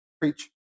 preach